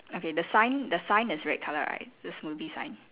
okay the sign the sign is red colour right the smoothie sign